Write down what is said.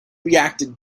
reacted